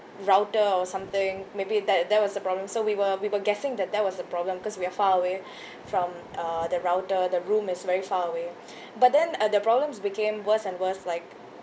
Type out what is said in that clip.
router or something maybe that that was the problem so we were we were guessing that that was the problem cause we are far away from uh the router the room is very far away but then uh the problems became worse and worse like